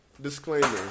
disclaimer